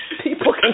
people